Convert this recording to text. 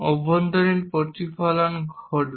অভ্যন্তরীণ প্রতিফলন ঘটবে